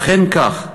אכן כך,